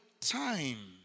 time